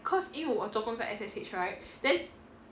cause 因为我做工在 S_S_H right then